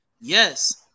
Yes